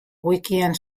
wikian